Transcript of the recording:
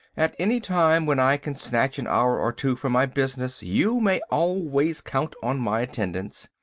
at any time, when i can snatch an hour or two from my business, you may always count on my attendance.